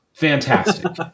Fantastic